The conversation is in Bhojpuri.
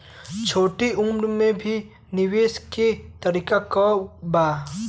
छोटी उम्र में भी निवेश के तरीका क बा?